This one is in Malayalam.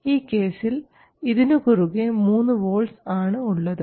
ഈ കേസിൽ ഇതിനു കുറുകെ 3 വോൾട്ട്സ് ആണ് ഉള്ളത്